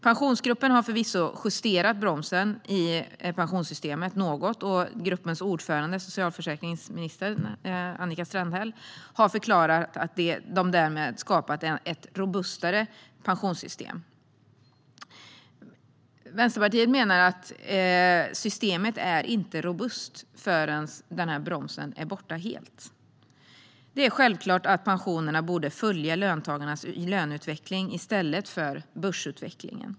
Pensionsgruppen har förvisso justerat bromsen i pensionssystemet något, och gruppens ordförande, socialförsäkringsminister Annika Strandhäll, har förklarat att de därmed har skapat ett robustare pensionssystem. Vänsterpartiet menar att systemet inte är robust förrän bromsen är borta helt. Det är självklart att pensionerna borde följa löntagarnas löneutveckling i stället för börsutvecklingen.